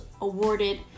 awarded